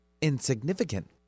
insignificant